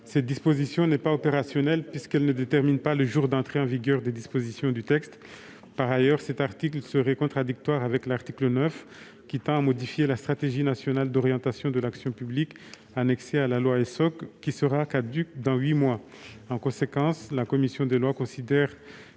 Cette disposition n'est pas opérationnelle, puisqu'elle ne détermine pas le jour d'entrée en vigueur des dispositions du texte. Par ailleurs, cet article serait contradictoire avec l'article 9, qui modifie la stratégie nationale d'orientation de l'action publique annexée à la loi pour un État au service d'une société de confiance (Essoc), qui sera caduque dans huit mois. En conséquence, la commission des lois considère